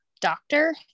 doctor